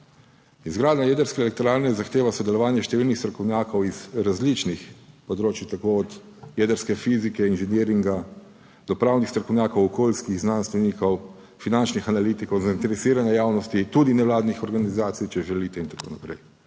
Izgradnja jedrske elektrarne zahteva sodelovanje številnih strokovnjakov iz različnih področij tako od jedrske fizike, inženiringa, do pravnih strokovnjakov, okoljskih znanstvenikov, finančnih analitikov, zainteresirane javnosti, tudi nevladnih organizacij, če želite, in tako naprej.